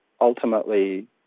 Ultimately